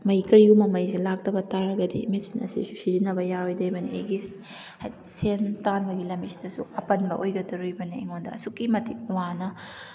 ꯃꯩ ꯀꯔꯤꯒꯨꯝꯕ ꯃꯩꯁꯤ ꯂꯥꯛꯇꯕ ꯇꯥꯔꯒꯗꯤ ꯃꯦꯆꯤꯟ ꯑꯁꯤꯁꯨ ꯁꯤꯖꯤꯟꯅꯕ ꯌꯥꯔꯣꯏꯗꯣꯏꯕꯅꯤ ꯑꯩꯒꯤ ꯍꯥꯏꯗꯤ ꯁꯦꯟ ꯇꯥꯟꯕꯒꯤ ꯂꯝꯕꯤꯁꯤꯗꯁꯨ ꯑꯄꯟꯕ ꯑꯣꯏꯒꯗꯣꯔꯤꯕꯅꯤ ꯑꯩꯉꯣꯟꯗ ꯑꯁꯨꯛꯀꯤ ꯃꯇꯤꯛ ꯋꯥꯅ